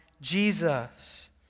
Jesus